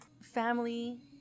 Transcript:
Family